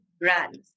brands